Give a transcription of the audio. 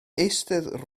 eistedd